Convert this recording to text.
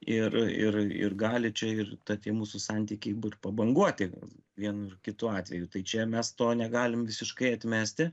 ir ir ir gali čia ir ta tie mūsų santykiai būt pabanguoti vienu ir kitu atveju tai čia mes to negalim visiškai atmesti